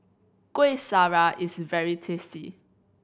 Kuih Syara is very tasty